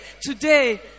today